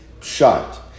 shot